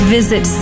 Visit